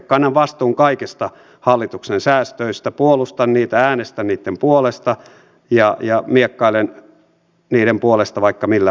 kannan vastuun kaikista hallituksen säästöistä puolustan niitä äänestän niitten puolesta ja miekkailen niiden puolesta vaikka millä foorumeilla